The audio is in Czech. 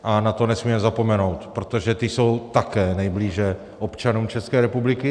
Na to nesmíme zapomenout, protože ty jsou také nejblíže občanům České republiky.